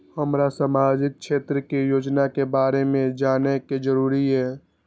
हमरा सामाजिक क्षेत्र के योजना के बारे में जानय के जरुरत ये?